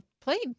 Played